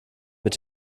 mit